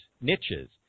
niches